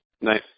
Nice